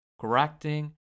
correcting